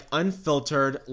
unfiltered